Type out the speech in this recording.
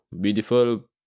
beautiful